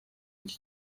iki